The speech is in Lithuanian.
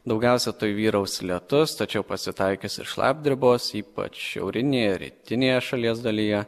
daugiausia tai vyraus lietus tačiau pasitaikys ir šlapdribos ypač šiaurinėje rytinėje šalies dalyje